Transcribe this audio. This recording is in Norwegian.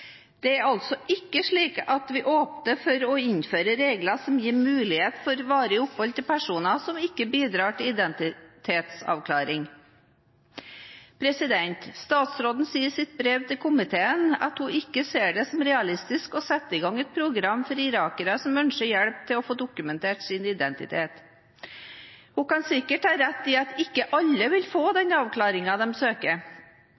Det er altså ikke slik at vi åpner for å innføre regler som gir mulighet for varig opphold til personer som ikke bidrar til identitetsavklaring. Statsråden sier i sitt brev til komiteen at hun ikke ser det som realistisk å sette i gang et program for irakere som ønsker hjelp til å få dokumentert sin identitet. Hun kan sikkert ha rett i at ikke alle vil få